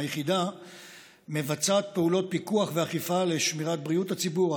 היחידה מבצעת פעולות פיקוח ואכיפה לשמירת בריאות הציבור,